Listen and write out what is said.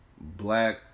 black